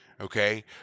Okay